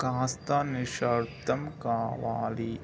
కాస్త నిశ్శబ్ధం కావాలి